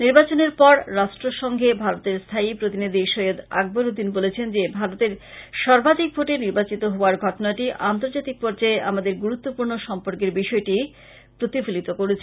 নির্বাচনের পর রাষ্ট্রসঙ্ঘে ভারতের স্থায়ী প্রতিনিধি সৈয়দ আকবর উদ্দিন বলেছেন যে ভারতের সর্বাধিক ভোটে নির্বাচিত হওয়ার ঘটনাটি আর্ন্তজাতিক পর্যায়ে আমাদের বন্ধুত্বপূর্ণ সম্পর্কের বিষয়টিই প্রতিফলিত করেছে